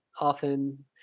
often